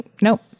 nope